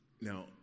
Now